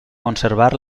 conservar